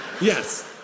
yes